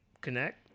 Connect